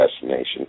destination